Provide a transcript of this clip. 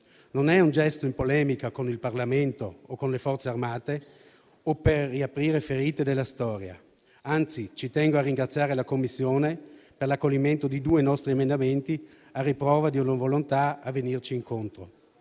Non è un gesto in polemica con il Parlamento o con le Forze armate o per riaprire ferite della storia - anzi ci tengo a ringraziare la Commissione per l'accoglimento di due nostri emendamenti, a riprova di una volontà di venirci incontro